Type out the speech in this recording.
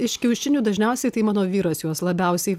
iš kiaušinių dažniausiai tai mano vyras juos labiausiai